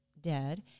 dead